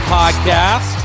podcast